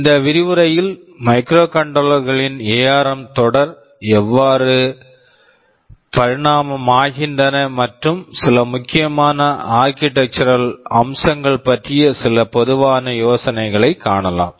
இந்த விரிவுரையில் microcontroller microcontroller களின் எஆர்ம் ARM தொடர் அவை எவ்வாறு பரிணாமம் ஆகின்றன மற்றும் சில முக்கியமான ஆர்க்கிடெக்சுரல் architectural அம்சங்கள் பற்றிய சில பொதுவான யோசனைகளை காணலாம்